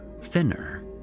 thinner